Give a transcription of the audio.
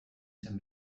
zen